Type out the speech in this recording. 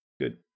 Good